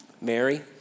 Mary